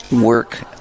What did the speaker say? work